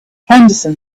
henderson